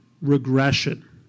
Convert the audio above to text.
regression